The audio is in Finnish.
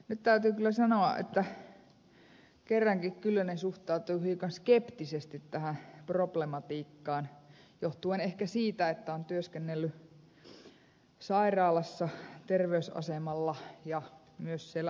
nyt täytyy kyllä sanoa että kerrankin kyllönen suhtautuu hiukan skeptisesti tähän problematiikkaan johtuen ehkä siitä että on työskennellyt sairaalassa terveysasemalla ja myös siellä apoteekkilaitoksessa